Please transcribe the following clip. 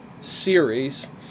Series